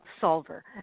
solver